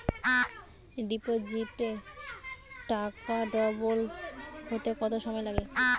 ডিপোজিটে টাকা ডবল হতে কত সময় লাগে?